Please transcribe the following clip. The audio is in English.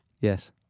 Yes